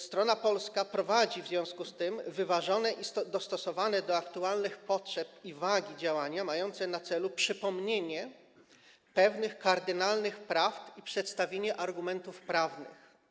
Strona polska prowadzi w związku z tym wyważone i dostosowane do aktualnych potrzeb i wagi sytuacji działania mające na celu przypomnienie pewnych kardynalnych praw i przedstawienie argumentów prawnych.